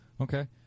okay